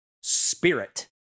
spirit